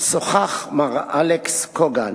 שוחח מר אלכס קוגן,